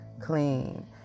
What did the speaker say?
clean